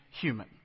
human